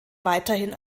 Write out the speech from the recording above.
weiterhin